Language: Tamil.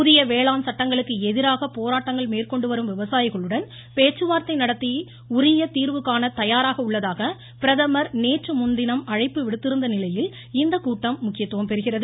புதிய வேளாண் சட்டங்களுக்கு எதிராக போராட்டங்கள் மேற்கொண்டு வரும் விவசாயிகளுடன் பேச்சுவார்த்தை நடத்தி உரிய தீர்வு காண தயாராக உள்ளதாக பிரதமர் நேற்று முன்தினம் அழைப்பு விடுத்திருந்த நிலையில் இந்த கூட்டம் முக்கியத்துவம் பெறுகிறது